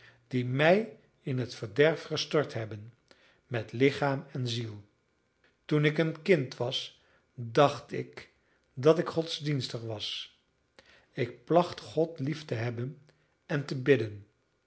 die mij in het verderf gestort hebben met lichaam en ziel toen ik een kind was dacht ik dat ik godsdienstig was ik placht god lief te hebben en te bidden